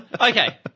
Okay